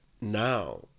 now